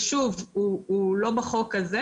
ושוב הוא לא בחוק הזה,